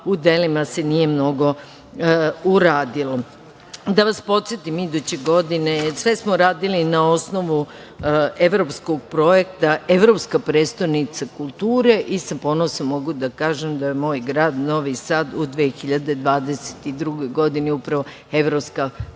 u delima se nije mnogo uradilo. Da vas podsetim, iduće godine, a sve smo radili na osnovu evropskog projekta, Evropska prestonica kulture i sa ponosom mogu da kažem da je moj grad Novi Sad u 2022. godini upravo evropska prestonica